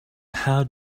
how